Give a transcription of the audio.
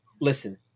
listen